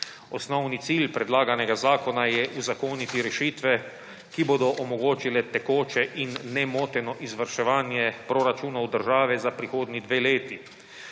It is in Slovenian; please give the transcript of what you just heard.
Osnovni cilj predlaganega zakona je uzakoniti rešitve, ki bodo omogočile tekoče in nemoteno izvrševanje proračunov države za prihodnji dve leti.